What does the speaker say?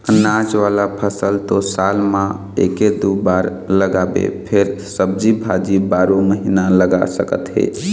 अनाज वाला फसल तो साल म एके दू बार लगाबे फेर सब्जी भाजी बारो महिना लगा सकत हे